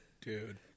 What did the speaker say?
Dude